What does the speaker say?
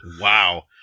Wow